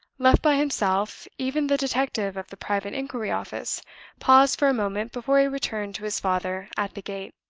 left by himself, even the detective of the private inquiry office paused for a moment before he returned to his father at the gate.